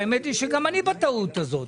האמת היא שגם אני בטעות הזאת.